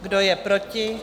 Kdo je proti?